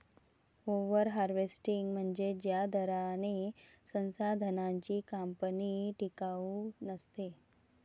over harvesting म्हणजे ज्या दराने संसाधनांची कापणी टिकाऊ नसते